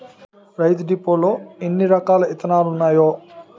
రైతు డిపోలో ఎన్నిరకాల ఇత్తనాలున్నాయో